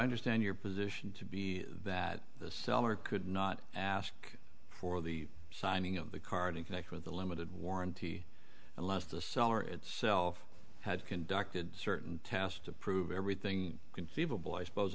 understand your position to be that the seller could not ask for the signing of the card and connect with the limited warranty a lot of the seller itself had conducted certain tasks to prove everything conceivable i suppose